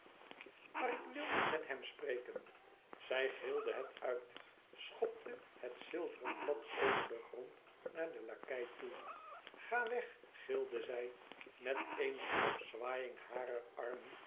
maar ik wil niet met hem spreken zij gilde het uit schopte het zilveren blad over den grond naar den lakei toe ga weg gilde zij met eene opzwaaiïng harer armen